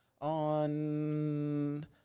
on